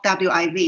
WIV